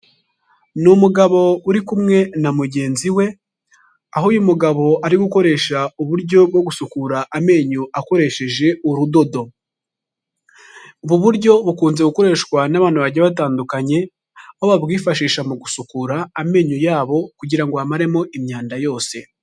Ni umugabo uri kumwe na mugenzi we, aho uyu mugabo ari gukoresha bwo gusukura amenyo akoresheje urudodo. Ubu buryo bukunze gukoreshwa n'abantu batandukanye, aho babwifashisha mu gusukura amenyo yabo, kugira ngo bamaremo imyanda yose.